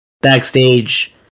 backstage